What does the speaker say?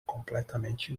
completamente